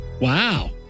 Wow